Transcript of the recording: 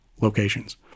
locations